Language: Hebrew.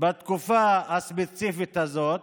בתקופה הספציפית הזאת,